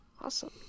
Awesome